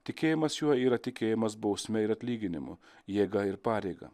tikėjimas juo yra tikėjimas bausme ir atlyginimu jėga ir pareiga